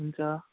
हुन्छ